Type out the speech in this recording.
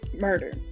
murder